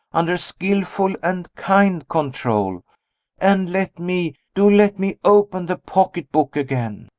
under skillful and kind control and let me, do let me, open the pocketbook again.